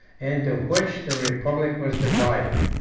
into which the republic was divided.